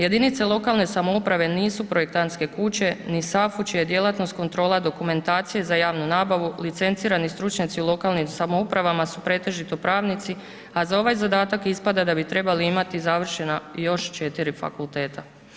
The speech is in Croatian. Jedinice lokalne samouprave nisu projektantske kuće, ni SAFU čija je djelatnost kontrola dokumentacije za javnu nabavu, licencirani stručnjaci u lokalnim samoupravama su pretežito pravnici, a za ovaj zadatak ispada da bi trebali imati završena još 4 fakulteta.